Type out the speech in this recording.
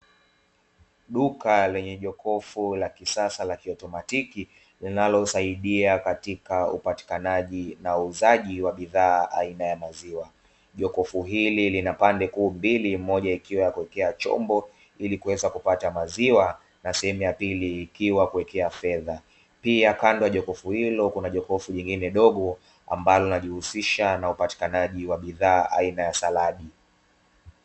Duka lenye jokofu la kisasa la kiotamatiki linalosaidia katika upatikanaji na uuzaji wa bidhaa aina ya maziwa, jokofu hili lina pande kuu mbili moja ikiwa kuwea chombo ili kuweza kupata maziwa na sehemu ya pili ikiwa ya kuwekea fedha pia kando hajakufu hilo kuna jokofu nyingine ndogo ambalo najihusisha na upatikanaji wa bidhaa aina ya saladi.